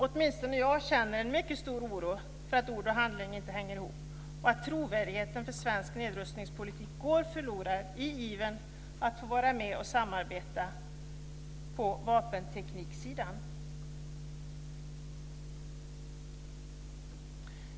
Åtminstone jag känner en mycket stor oro för att ord och handling inte hänger ihop och att trovärdigheten för svensk nedrustningspolitik går förlorad i ivern att få vara med och samarbeta på vapentekniksidan.